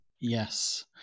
Yes